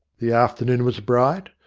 the afternoon was bright,